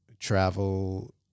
travel